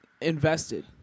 invested